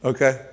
Okay